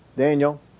Daniel